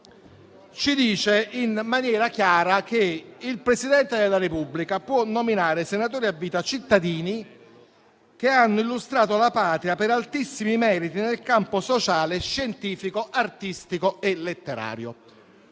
ci dice in maniera chiara che il Presidente della Repubblica può nominare senatori a vita cittadini che hanno illustrato la Patria per altissimi meriti nel campo sociale, scientifico, artistico e letterario.